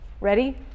Ready